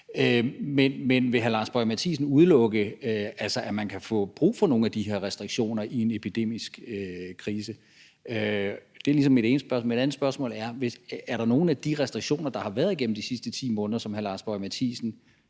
Men vil hr. Lars Boje Mathiesen udelukke, at man kan få brug for nogle af de her restriktioner under en epidemisk krise? Det er mit ene spørgsmål. Mit andet spørgsmål er: Er der nogle af de restriktioner, der er blevet indført gennem de sidste måneder, som hr. Lars Boje Mathiesen